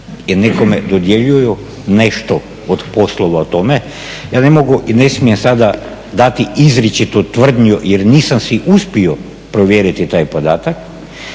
i nekome dodjeljuju nešto od poslova o tome. Ja ne mogu i ne smijem sada dati izričitu tvrdnju jer nisam si uspio provjeriti taj podatak